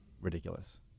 ridiculous